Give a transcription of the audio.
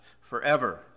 forever